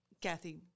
Kathy